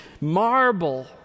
marble